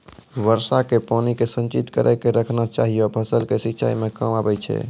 वर्षा के पानी के संचित कड़ी के रखना चाहियौ फ़सल के सिंचाई मे काम आबै छै?